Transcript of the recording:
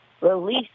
release